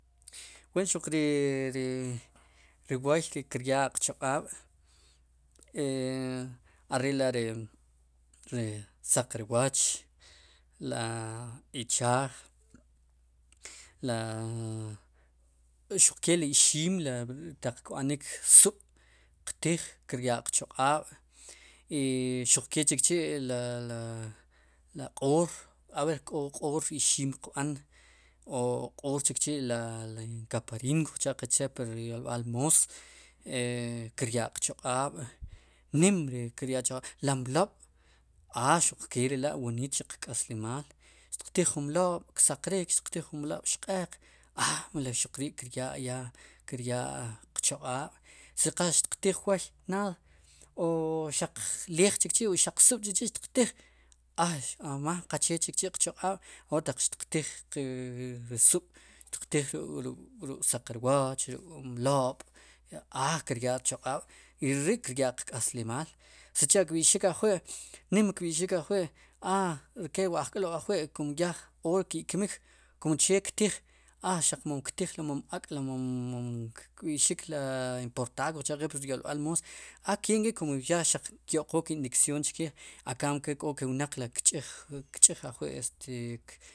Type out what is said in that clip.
Wen ruq ri, ri ri wooy ri kiryaa qchaq'aab' e are'la' ri, ri saq rwooch, la ichaaj. la xuqke ri ixiim taq kb'anik sub' qtij kiryaa qchoq'aab' i xuq kechikchi' li li li q'oor ab'er k'o q'oor ixim qb'an o k'o chikchi' la inkaparina kujcha'qe chee pu ryolb'al moos kiryaa qchoq'aab' nim kiryaa qchaq'aab' la mlob' a xuq kee re la' xuq woniit chuq k'aslimaal xtiq tiij jun mlob' ksaqrik, xtiqtiij jun mlob'xq'eq a mel xuq rii kiiryaa qchoq'aab' si qal xtiqtiij wooy naad o xaq leej chikchi' o xaq sub'chichi' xtiqtiij ay amaan qaqche chikchi' qchaq'aab' wa' taq xtiqtiij ru sub' xtiqtiij ruk'saq rwooch ruk' mlob' aa kiryaa rchoq'aab' ri ri' kiryaa qk'aslimaal sicha'kb'ixik ajwi', nim kb'i'xik ajwi' aa ke wu ajk'lob' ajwi' kum ya oor ki' kmik kun che ktiij a ktij ri mom ak'ri mom importaad kujcha'qe chee pur yoolb'al moos a kenk'i xaq kyo'qook inyeksyoon chkiij a kambie ke k'o ke wnaq li kch'ij ajwi, este.'